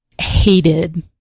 hated